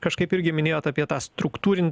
kažkaip irgi minėjot apie tą struktūrin